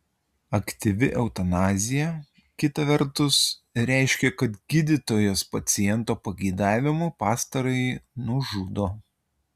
aktyvi eutanazija kita vertus reiškia kad gydytojas paciento pageidavimu pastarąjį nužudo